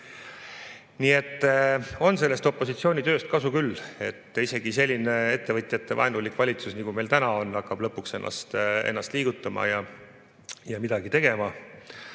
Nii et on opositsiooni tööst kasu küll. Isegi selline ettevõtjatevaenulik valitsus, nagu meil täna on, hakkab lõpuks ennast liigutama ja midagi tegema.